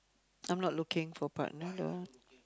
I'm not looking for partner though